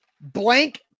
Blank